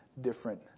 different